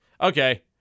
okay